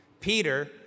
Peter